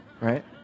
Right